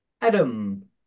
Adam